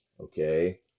okay